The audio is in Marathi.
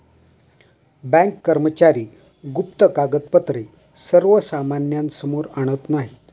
बँक कर्मचारी गुप्त कागदपत्रे सर्वसामान्यांसमोर आणत नाहीत